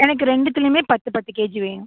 எனக்கு ரெண்டுத்துலேயுமே பத்து பத்து கேஜி வேணும்